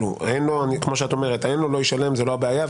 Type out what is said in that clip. זו לא הבעיה.